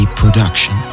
production